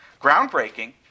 Groundbreaking